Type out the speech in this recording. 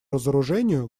разоружению